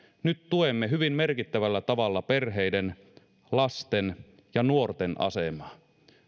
nyt tuemme hyvin merkittävällä tavalla perheiden lasten ja nuorten asemaa